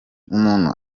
umuntu